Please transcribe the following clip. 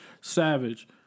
Savage